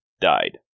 died